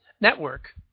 Network